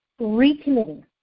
recommitting